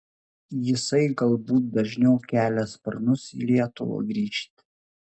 jisai galbūt dažniau kelia sparnus į lietuvą grįžt